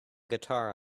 guitar